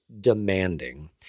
demanding